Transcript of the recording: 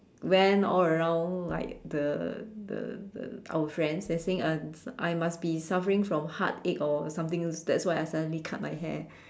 went all around like the the the our friends and saying uh I must be suffering from heartache or something that's why I suddenly cut my hair